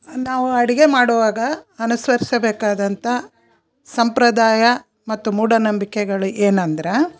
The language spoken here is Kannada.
ನಾವು ಅಡುಗೆ ಮಾಡುವಾಗ ಅನುಸರಿಸ ಬೇಕಾದಂಥ ಸಂಪ್ರದಾಯ ಮತ್ತು ಮೂಢನಂಬಿಕೆಗಳು ಏನಂದ್ರೆ